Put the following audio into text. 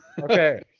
Okay